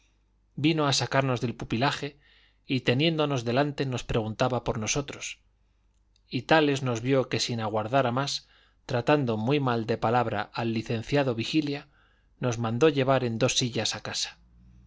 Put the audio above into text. vino a sacarnos del pupilaje y teniéndonos delante nos preguntaba por nosotros y tales nos vio que sin aguardar a más tratando muy mal de palabra al licenciado vigilia nos mandó llevar en dos sillas a casa